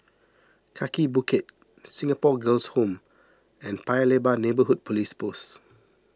Kaki Bukit Singapore Girls' Home and Paya Lebar Neighbourhood Police Post